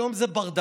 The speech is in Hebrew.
היום זה ברדק.